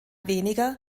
weniger